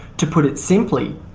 to put it simply,